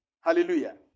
Hallelujah